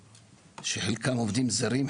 שחלקם עובדים זרים,